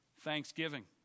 thanksgiving